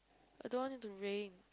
I don't want it to rain